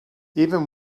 even